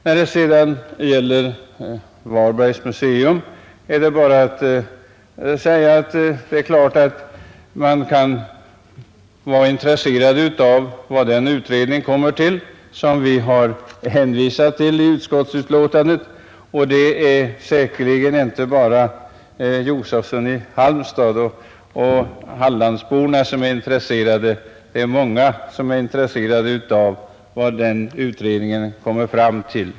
När det sedan gäller Varbergs museum är bara att säga att det är klart att man kan vara intresserad av vad den utredning kommer till som vi har hänvisat till i utskottsbetänkandet. Det är säkerligen inte bara herr Josefsson i Halmstad och hallänningarna som är intresserade; det är många som är intresserade av vad den utredningen kommer fram till.